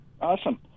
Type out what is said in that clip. Awesome